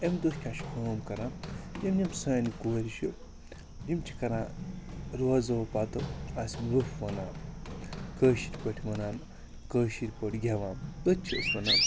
اَمہِ دۄہ کیٛاہ چھِ کٲم کَران یِم یِم سانہِ کورِ چھِ یِم چھِ کَران روزو پَتہٕ آسہٕ یِم روٚف وَنان کٲشِرۍ پٲٹھۍ وَنان کٲشِرۍ پٲٹھۍ گٮ۪وان تٔتھۍ چھِ أسۍ وَنان